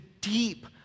deep